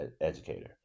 educator